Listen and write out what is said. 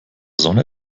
sonne